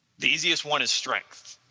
the easiest one is strength.